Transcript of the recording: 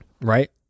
right